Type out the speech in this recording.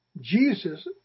Jesus